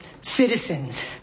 citizens